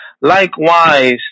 Likewise